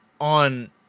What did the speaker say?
on